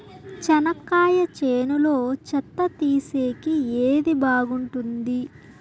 చెనక్కాయ చేనులో చెత్త తీసేకి ఏది బాగుంటుంది?